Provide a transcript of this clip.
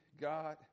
God